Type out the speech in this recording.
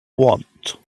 want